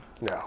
No